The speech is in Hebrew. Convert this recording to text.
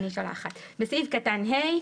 "(ג)בסעיף קטן (ה),